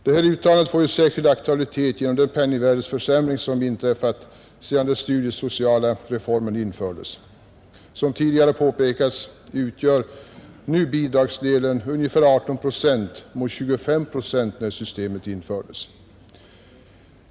Det här uttalandet får ju särskild aktualitet genom den penningvärdeförsämring som inträffat sedan den studiesociala reformen genomfördes, Som tidigare påpekats utgör nu bidragsdelen ungefär 18 procent mot 25 procent när systemet infördes.